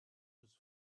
was